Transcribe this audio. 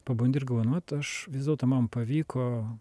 pabundi ir galvoji nu vat aš vis dėlto man pavyko